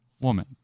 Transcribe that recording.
woman